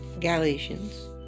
Galatians